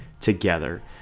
together